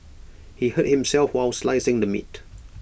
he hurt himself while slicing the meat